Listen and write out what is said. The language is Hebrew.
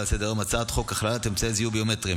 ההצעה להעביר את הצעת חוק לתיקון פקודת בריאות העם (מס'